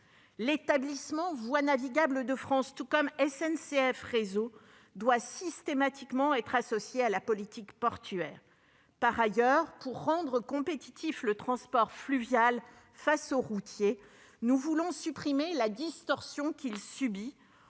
L'établissement Voies navigables de France (VNF), tout comme SNCF Réseau, doit systématiquement être associé à la politique portuaire. Par ailleurs, pour rendre compétitif le transport fluvial face au routier, nous voulons supprimer la distorsion qu'il subit